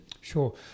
Sure